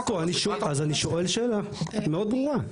אז אני שואל שאלה מאוד ברורה.